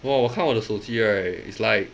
我我看我的手机 right is like